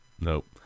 Nope